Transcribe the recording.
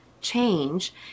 change